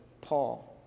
Paul